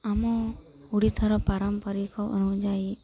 ଆମ ଓଡ଼ିଶାର ପାରମ୍ପରିକ ଅନୁଯାୟୀ